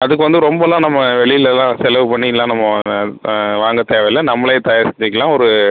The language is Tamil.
அதுக்கு வந்து ரொம்பவெலாம் நம்ம வெளியிலலாம் செலவு பண்ணியெலாம் நம்ம வாங்க தேவையில்ல நம்மளே தயாரிச்சுக்கலாம் ஒரு